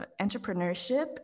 entrepreneurship